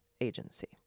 agency